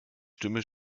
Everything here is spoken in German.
stimme